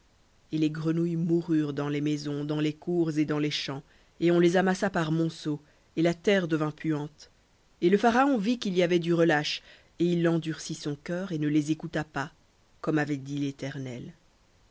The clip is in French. et les grenouilles moururent dans les maisons dans les cours et dans les champs et on les amassa par monceaux et la terre devint puante et le pharaon vit qu'il y avait du relâche et il endurcit son cœur et ne les écouta pas comme avait dit l'éternel